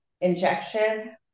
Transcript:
injection